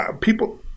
People